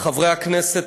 חברי הכנסת